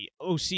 OC